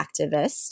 activist